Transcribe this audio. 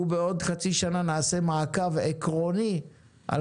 אנחנו בעוד חצי שנה נעשה מעקב עקרוני על